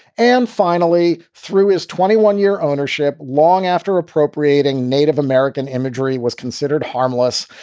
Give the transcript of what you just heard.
and finally, through his twenty one year ownership, long after appropriating native american imagery, was considered harmless.